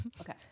okay